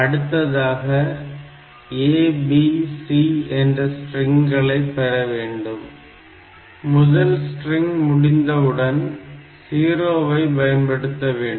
அடுத்ததாக abc என்ற ஸ்ட்ரிங்களை பெற வேண்டும் முதல் ஸ்ட்ரிங் முடிந்தவுடன் 0 வை பயன்படுத்த வேண்டும்